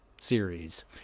series